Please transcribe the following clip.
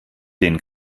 den